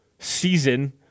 season